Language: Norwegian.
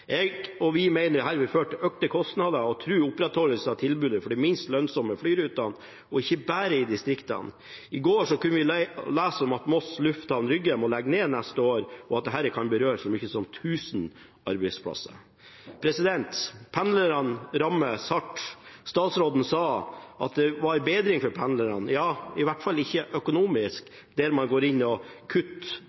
Jeg og vi mener dette vil føre til økte kostnader og true opprettholdelse av tilbudet for de minst lønnsomme flyrutene, og ikke bare i distriktene. I går kunne vi lese at Moss lufthavn Rygge må legge ned neste år, og at dette kan berøre så mye som 1 000 arbeidsplasser. Pendlerne rammes hardt. Statsråden sa at det var bedring for pendlerne – ja, i hvert fall ikke økonomisk, når man går inn og